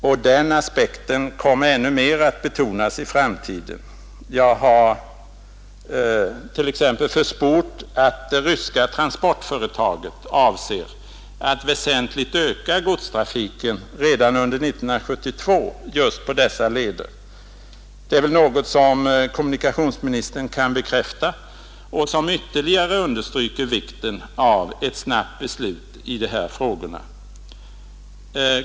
Och den aspekten kommer ännu mer att betonas i framtiden — jag har t.ex. försport att det ryska transportföretaget avser att väsentligt öka godstrafiken redan under 1972 just på dessa leder. Det är väl något som kommunikationsministern kan bekräfta och som ytterligare understryker vikten av ett snabbt beslut i dessa vägfrågor?